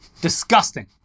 Disgusting